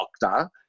doctor